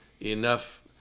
enough